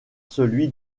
celui